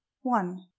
one